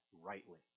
rightly